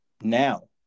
now